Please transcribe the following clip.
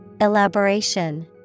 Elaboration